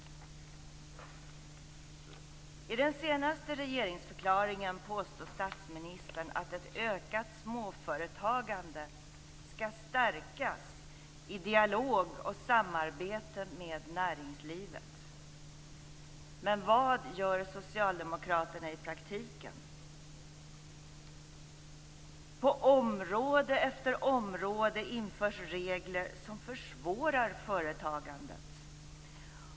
I den senaste regeringsförklaringen påstår statsministern att ett ökat småföretagande skall stärkas i dialog och samarbete med näringslivet. Men vad gör socialdemokraterna i praktiken? På område efter område införs regler som försvårar företagandet.